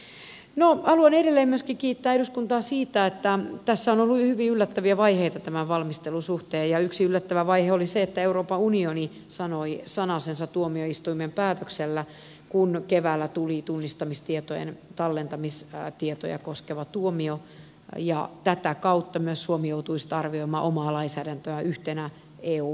no haluan edelleen myöskin kiittää eduskuntaa siitä että tässä on ollut hyvin yllättäviä vaiheita tämän valmistelun suhteen ja yksi yllättävä vaihe oli se että euroopan unioni sanoi sanasensa tuomioistuimen päätöksellä kun keväällä tuli tunnistamistietojen tallentamista koskeva tuomio ja tätä kautta myös suomi joutui sitten arvioimaan omaa lainsäädäntöään yhtenä eu maista